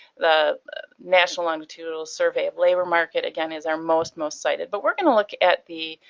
the national longitudinal survey of labor market, again, is our most most cited. but we're going to look at the,